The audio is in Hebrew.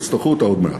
תצטרכו אותה עוד מעט.